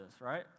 Right